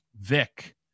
Vic